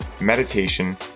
meditation